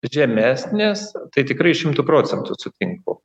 žemesnės tai tikrai šimtu procentu sutinku